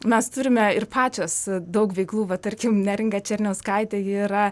mes turime ir pačios daug veiklų vat tarkim neringa černiauskaitė ji yra